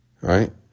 right